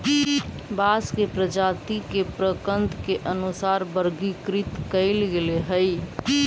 बांस के प्रजाती के प्रकन्द के अनुसार वर्गीकृत कईल गेले हई